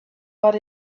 but